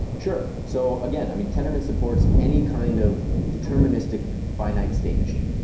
sure. so again, i mean, tendermint supports any kind of deterministic finite state machine.